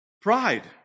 Pride